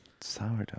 sourdough